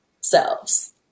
selves